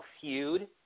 Feud